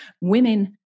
women